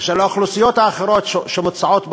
של האוכלוסיות האחרות שמוצעות בחוק,